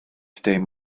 dim